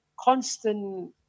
constant